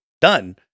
done